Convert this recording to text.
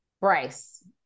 Bryce